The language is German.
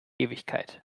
ewigkeit